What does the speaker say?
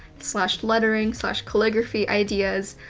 slash lettering, slash calligraphy, ideas.